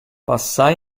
passai